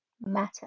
matter